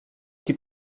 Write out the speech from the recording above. que